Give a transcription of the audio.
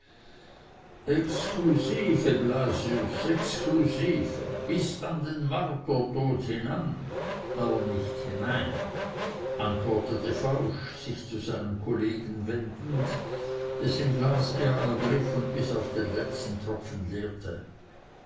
exclusive blasius exclusive bis an den martertod hinan aber nicht hinein antwortete fausch sich zu seinem kollegen wendend dessen glas er ergriff und bis auf den letzten tropfen leerte